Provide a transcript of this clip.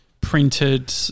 printed